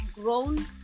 grown